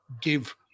give